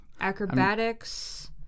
Acrobatics